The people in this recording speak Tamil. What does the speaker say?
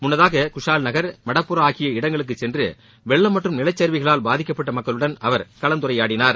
முன்னதாக குஷால்நகர் மடப்புறா ஆகிய இடங்களுக்கு சென்று வெள்ளம் மற்றும் நிலச்சரிவுகளால் பாதிக்கப்பட்ட மக்களுடன் அவர் கலந்துரையாடினார்